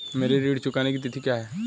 मेरे ऋण चुकाने की तिथि क्या है?